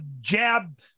jab